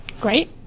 Great